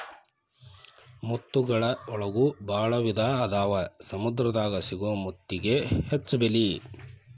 ಮುತ್ತುಗಳ ಒಳಗು ಭಾಳ ವಿಧಾ ಅದಾವ ಸಮುದ್ರ ದಾಗ ಸಿಗು ಮುತ್ತಿಗೆ ಹೆಚ್ಚ ಬೆಲಿ